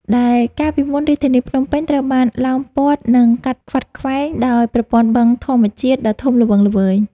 ដែលកាលពីមុនរាជធានីភ្នំពេញត្រូវបានឡោមព័ទ្ធ និងកាត់ខ្វាត់ខ្វែងដោយប្រព័ន្ធបឹងធម្មជាតិដ៏ធំល្វឹងល្វើយ។